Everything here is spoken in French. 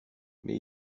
mais